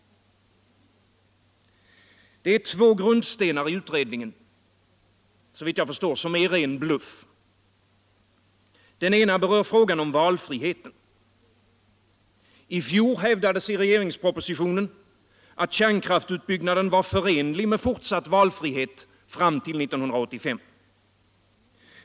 Det är två grundstenar i utredningen, såvitt jag förstår, som är ren bluff. Den ena berör frågan om valfriheten. I fjor hävdades i regeringspropositionen att kärnkraftsutbyggnaden var förenlig med fortsatt valfrihet fram till 1985.